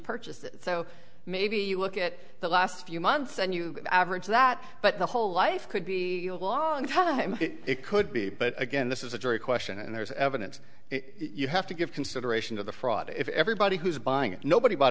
purchased it so maybe you look at the last few months and you average that but the whole life could be a long time it could be but again this is a jury question and there's evidence you have to give consideration to the fraud if everybody who's buying it nobody